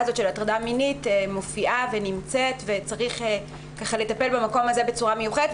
הזאת של הטרדה מינית מופיעה ונמצאת וצריך לטפל במקום הזה בצורה מיוחדת,